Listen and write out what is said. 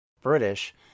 British